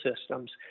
systems